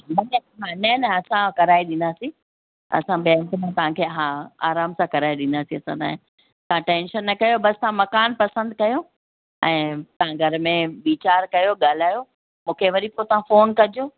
न न न न असां कराए ॾींदासीं असां बैंक मां तव्हांखे हा आराम सां कराए ॾींदासीं असां तव्हां टैंशन त कयो बसि तव्हां मकान पसंदि कयो ऐं तव्हां घर में वीचारु कयो ॻाल्हायो मूंखे वरी पोइ तव्हां फ़ोन कजो